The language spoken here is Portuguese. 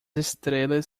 estrelas